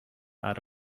out